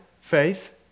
faith